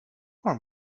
for